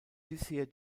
bisher